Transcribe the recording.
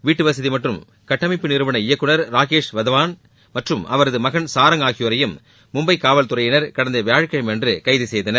வீட்டுவசதி மற்றும் கட்டமைப்பு நிறுவன இயக்குநர் ராகேஷ் வதவான் மற்றும் அவரது மகன் சாரங் ஆகியோரையும் மும்பை காவல்துறையினர் கடந்த வியாழக்கிழமையன்று கைது செய்தனர்